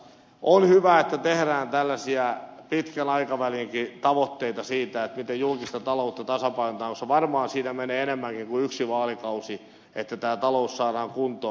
on hyvä että tehdään tällaisia pitkänkin aikavälin tavoitteita siitä miten julkista taloutta tasapainotetaan koska varmaan siinä menee enemmänkin kuin yksi vaalikausi että tämä talous saadaan kuntoon